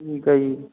ਠੀਕ ਹੈ ਜੀ